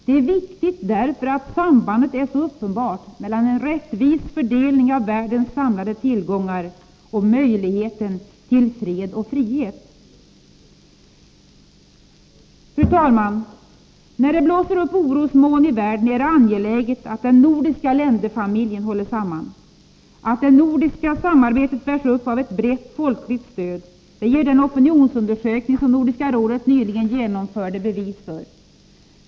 Det är viktigt, därför att sambandet mellan en rättvis fördelning av världens samlade tillgångar och möjligheten till fred och frihet är så uppenbar. Fru talman! När det blåser upp orosmoln i världen är det angeläget att den nordiska länderfamiljen håller samman. Att det nordiska samarbetet bärs upp av ett brett folkligt stöd ger den opinionsundersökning som Nordiska rådet nyligen genomförde bevis för.